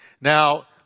Now